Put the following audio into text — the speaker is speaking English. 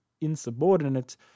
insubordinate